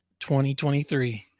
2023